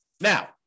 Now